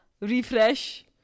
refresh